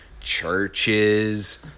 churches